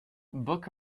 book